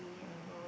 hmm